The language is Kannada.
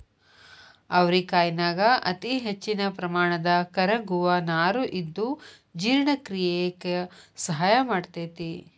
ಅವರಿಕಾಯನ್ಯಾಗ ಅತಿಹೆಚ್ಚಿನ ಪ್ರಮಾಣದ ಕರಗುವ ನಾರು ಇದ್ದು ಜೇರ್ಣಕ್ರಿಯೆಕ ಸಹಾಯ ಮಾಡ್ತೆತಿ